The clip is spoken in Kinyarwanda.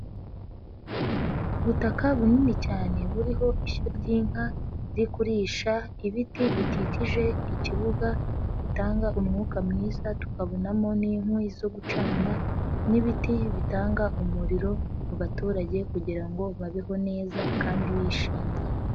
Ubutaka bunini cyane buriho ishyo ry'inka ririgurisha ibiti bikikije ikibuga gitanga umwuka mwiza tukabonamo n'inkwi zo gucana, n'ibiti bitanga umuriro mu baturage kugira ngo babeho neza kandi bishimye.